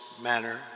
manner